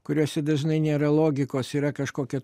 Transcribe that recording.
kuriose dažnai nėra logikos yra kažkokia